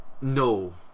no